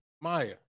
Maya